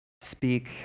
speak